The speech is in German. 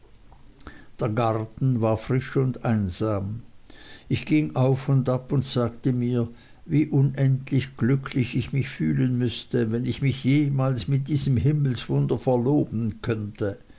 der garten war frisch und einsam ich ging auf und ab und sagte mir wie unendlich glücklich ich mich fühlen müßte wenn ich mich jemals mit diesem himmelswunder verloben könnte